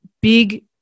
big